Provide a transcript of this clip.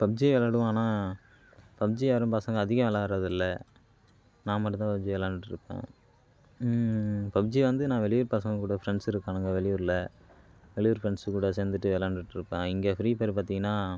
PUBG விளாடுவோம் ஆனால் PUBG யாரும் பசங்கள் அதிகம் விளாடுறது இல்லை நான் மட்டும் தான் பப்ஜி விளாண்டுருப்பன் பப்ஜி வந்து நா வெளியூர் பசங்கள் கூட ஃப்ரெண்ட்ஸ் இருக்கானுங்க வெளியூர்ல வெளியூர் ஃப்ரெண்ட்ஸ் கூட சேர்ந்துட்டு விளாண்டுட்டுருப்பேன் இங்கே ஃப்ரி ஃபயர் பார்த்திங்கன்னா